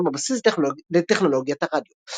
והם הבסיס לטכנולוגיית הרדיו.